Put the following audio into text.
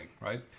right